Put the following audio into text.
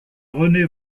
rené